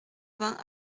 vingt